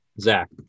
Zach